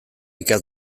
ikas